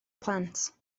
plant